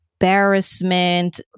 embarrassment